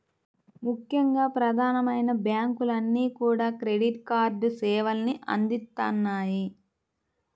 ముఖ్యంగా ప్రధానమైన బ్యాంకులన్నీ కూడా క్రెడిట్ కార్డు సేవల్ని అందిత్తన్నాయి